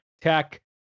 tech